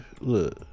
Look